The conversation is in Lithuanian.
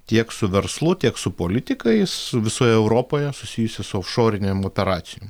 tiek su verslu tiek su politikais visoje europoje susijusi su išorinėm operacijom